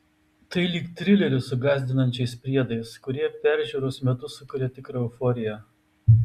tai lyg trileris su gąsdinančiais priedais kurie peržiūros metu sukuria tikrą euforiją